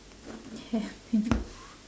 happily